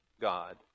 God